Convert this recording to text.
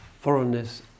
foreignness